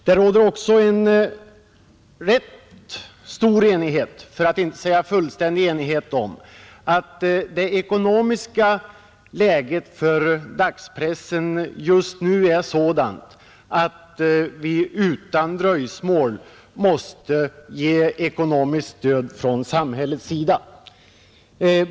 Det råder också en rätt stor, för att inte säga fullständig enighet om att det ekonomiska läget för dagspressen just nu är sådant att vi utan dröjsmål måste ge ekonomiskt stöd från samhällets sida.